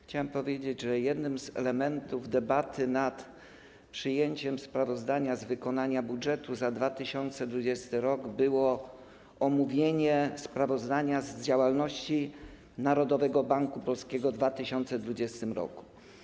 Chciałem powiedzieć, że jednym z elementów debaty nad przyjęciem sprawozdania z wykonania budżetu za 2020 r. było omówienie sprawozdania z działalności Narodowego Banku Polskiego w 2020 r.